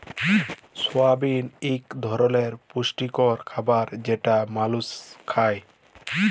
সয়াবিল এক ধরলের পুষ্টিকর খাবার যেটা মালুস খায়